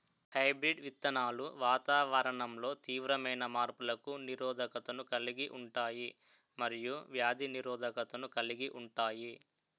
hybrid విత్తనాలు వాతావరణంలో తీవ్రమైన మార్పులకు నిరోధకతను కలిగి ఉంటాయి మరియు వ్యాధి నిరోధకతను కలిగి ఉంటాయి